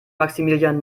maximilian